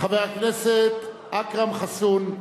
חבר הכנסת אכרם חסון,